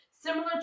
similar